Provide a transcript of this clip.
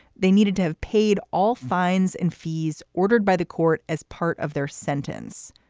they needed to have paid all fines and fees ordered by the court as part of their sentence.